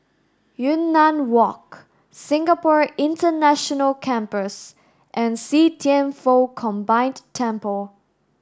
Yunnan Walk Singapore International Campus and See Thian Foh Combined Temple